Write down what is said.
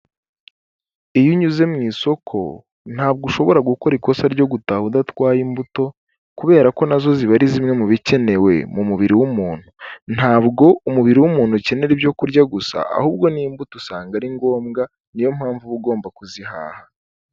Iyo unyuze mu isoko ntabwo ushobora gukora ikosa ryo gutaha udatwaye imbuto, kubera ko nazo ziba ari zimwe mu bikenewe mu mubiri w'umuntu. Ntabwo umubiri w'umuntu ukenera ibyokurya gusa ahubwo n'imbuto usanga ari ngombwa, niyompamvu uba ugomba kuzihaha.